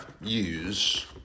use